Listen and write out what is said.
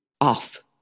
off